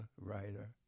writer